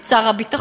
את שר הביטחון,